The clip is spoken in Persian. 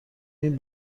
این